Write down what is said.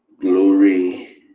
glory